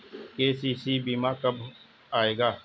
KCC बीमा कब आएगा?